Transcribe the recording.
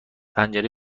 پنجره